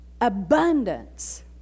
Abundance